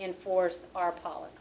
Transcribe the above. enforce our policy